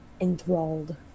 enthralled